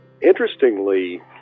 Interestingly